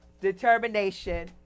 determination